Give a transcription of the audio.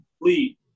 lead